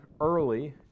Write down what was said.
early